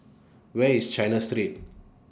Where IS China Street